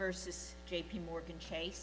versus j p morgan chase